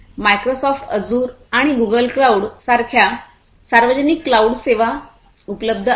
Microsoft azure आणि Google cloud सारख्या सार्वजनिक क्लाऊड सेवा उपलब्ध आहेत